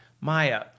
Maya